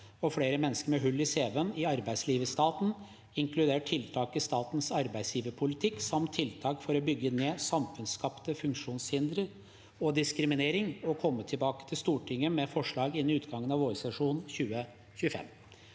flere mennesker med hull i CV-en i arbeidslivet i staten, inkludert tiltak i statens arbeidsgiverpolitikk samt tiltak for å bygge ned samfunnskapte funksjonshindre og diskriminering, og komme tilbake til Stortinget med forslag innen utgangen av vårsesjonen 2025.